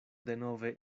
denove